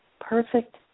Perfect